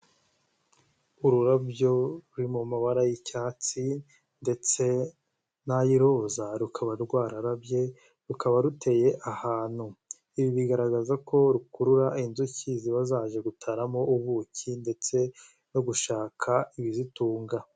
Ururabyo ruri mu mabara y'icyatsi ndetse n'ay'iroza rukaba rwararabye, rukaba ruteye ahantu. Ibi bigaragaza ko rukurura inzuki ziba zaje gutaramo ubuki ndetse no gushaka ibizitunga.